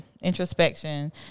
introspection